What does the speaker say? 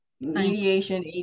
mediation